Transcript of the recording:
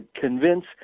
convince